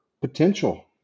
potential